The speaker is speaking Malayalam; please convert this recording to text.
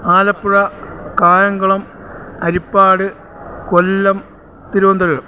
ആലപ്പുഴ കായംകുളം ഹരിപ്പാട് കൊല്ലം തിരുവനന്തപുരം